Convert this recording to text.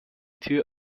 tür